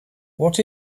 what